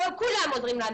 כולם עוזרים לנו.